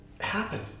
happen